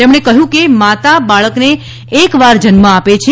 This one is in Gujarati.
તેમણે કહયું કે માતા બાળકને એકવાર જન્મ આપે છે